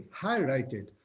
highlighted